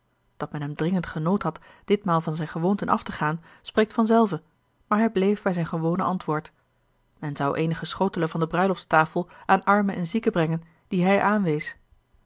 dat men hem dringend genood had ditmaal van zijne gewoonten af te gaan spreekt vanzelve maar hij bleef bij zijn gewone antwoord men zou eenige schotelen van de bruiloftstafel aan armen en zieken brengen die hij aanwees